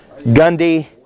Gundy